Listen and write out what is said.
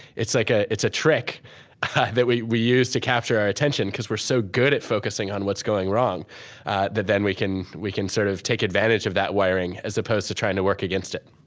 it's like ah a trick that we we use to capture our attention because we're so good at focusing on what's going wrong that then we can we can sort of take advantage of that wiring as opposed to trying to work against it